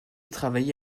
travaillé